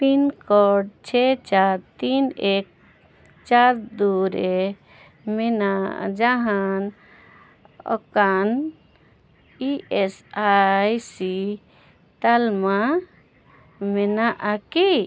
pin code ᱪᱷᱚᱭ ᱪᱟᱨ ᱛᱤᱱ ᱮᱹᱠ ᱪᱟᱨ ᱫᱩ ᱨᱮ ᱢᱮᱱᱟᱜ ᱡᱟᱦᱟᱱ ᱚᱱᱠᱟᱱ ᱤ ᱮᱥ ᱟᱭ ᱥᱤ ᱛᱟᱞᱢᱟ ᱢᱮᱱᱟᱜᱼᱟ ᱠᱤ